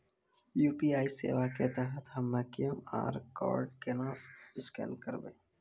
UPI सेवा के तहत हम्मय क्यू.आर कोड केना स्कैन करबै?